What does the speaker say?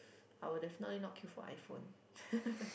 I'll definitely not queue for iPhone